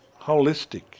holistic